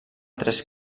tres